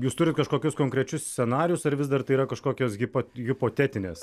jūs turit kažkokius konkrečius scenarijus ar vis dar tai yra kažkokios hipo hipotetinės